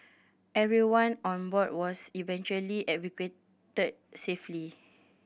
everyone on board was eventually evacuated safely